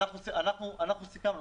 אנחנו סיכמנו.